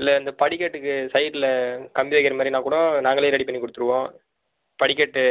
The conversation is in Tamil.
இல்லை இந்த படிக்கட்டுக்கு சைட்டில கம்பி வைக்கிறமாதிரின்னா கூட நாங்களே ரெடி பண்ணி கொடுத்துருவோம் படிக்கட்டு